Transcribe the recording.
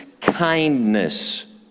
kindness